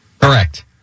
Correct